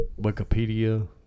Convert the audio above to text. Wikipedia